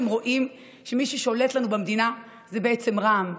רואים שמי ששולט לנו במדינה זה בעצם רע"מ.